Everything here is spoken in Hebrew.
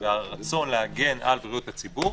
והרצון להגן על בריאות הציבור,